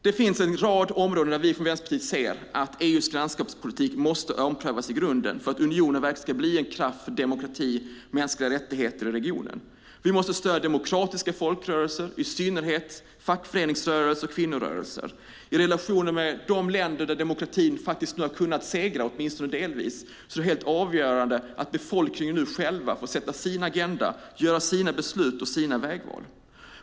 Det finns en rad områden där vi från Vänsterpartiet ser att EU:s grannskapspolitik måste omprövas i grunden om unionen verkligen ska bli en kraft för demokrati och mänskliga rättigheter i regionen. Vi måste stödja demokratiska folkrörelser, i synnerhet fackförenings och kvinnorörelser. I relationerna med de länder där demokratin faktiskt skulle ha kunnat segra, åtminstone delvis, är det helt avgörande att befolkningen nu själv får sätta sin agenda, fatta sina beslut och göra sina vägval.